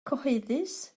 cyhoeddus